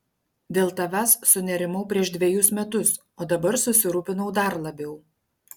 dėl tavęs sunerimau prieš dvejus metus o dabar susirūpinau dar labiau